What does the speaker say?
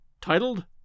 Titled